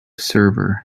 server